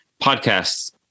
podcast's